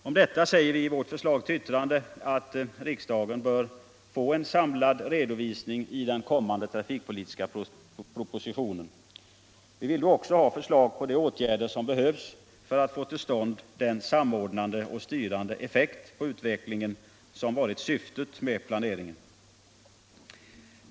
Om detta säger vi i vårt förslag till yttrande, att riksdagen bör få en samlad redovisning i den kommande trafikpolitiska propositionen: Vi vill då också ha förslag om de åtgärder som behövs för att få till stånd den samordnande och styrande effekt på utvecklingen som varit syftet med planeringen.